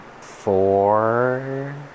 Four